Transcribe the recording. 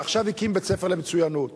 ועכשיו הקים בית-ספר למצוינות.